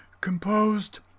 Composed